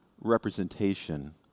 representation